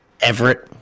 Everett